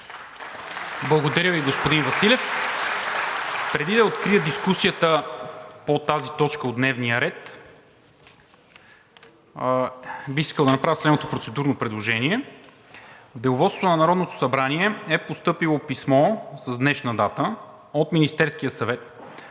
Благодаря Ви, господин Василев. Преди да открия дискусията по тази точка от дневния ред, бих искал да направя следното процедурно предложение: В Деловодството на Народното събрание е постъпило писмо с днешна дата от министър-председателя